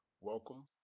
Welcome